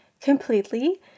completely